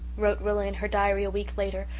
wrote rilla in her diary a week later,